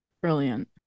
Brilliant